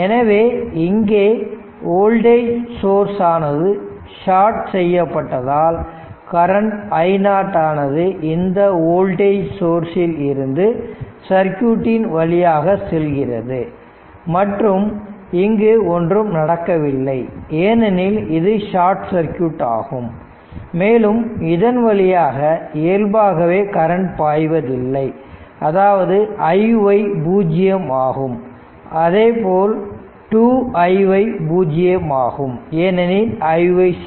எனவே இங்கே voltage source ஆனது ஷாட் செய்யப்பட்டதால் கரண்ட் i0 ஆனது இந்த வோல்டேஜ் சோர்ஸ் இல் இருந்து சர்க்யூட்டின் வழியாக செல்கிறது மற்றும் இங்கு ஒன்றும் நடக்கவில்லை ஏனெனில் இது ஷார்ட் சர்க்யூட் ஆகும் மேலும் இதன் வழியாக இயல்பாகவே கரண்ட் பாய்வதில்லை அதாவது iy பூஜ்ஜியம் ஆகும் அதேபோல் 2 iy பூஜ்ஜியம் ஆகும் ஏனெனில் iy 0